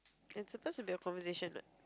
and suppose to be a conversation what